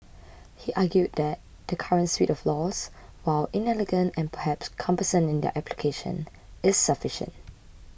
he argued that the current suite of laws while inelegant and perhaps cumbersome in their application is sufficient